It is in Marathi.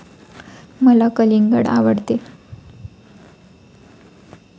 मला कलिंगड आवडते